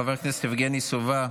חבר הכנסת יבגני סובה,